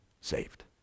saved